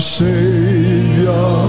savior